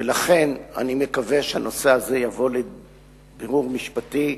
ולכן אני מקווה שהנושא הזה יבוא לבירור משפטי.